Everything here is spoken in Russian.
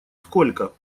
сколько